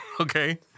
Okay